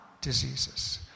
diseases